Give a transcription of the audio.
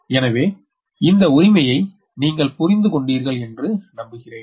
எனவே இந்த உரிமையை நீங்கள் புரிந்து கொண்டீர்கள் என்று நம்புகிறேன்